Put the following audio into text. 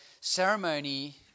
ceremony